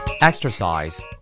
Exercise